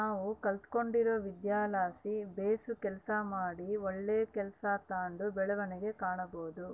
ನಾವು ಕಲಿತ್ಗಂಡಿರೊ ವಿದ್ಯೆಲಾಸಿ ಬೇಸು ಕೆಲಸ ಮಾಡಿ ಒಳ್ಳೆ ಕೆಲ್ಸ ತಾಂಡು ಬೆಳವಣಿಗೆ ಕಾಣಬೋದು